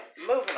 moving